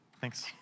Thanks